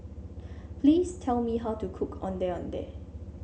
please tell me how to cook Ondeh Ondeh